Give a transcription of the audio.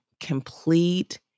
complete